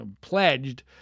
pledged